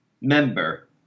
member